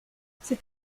c’est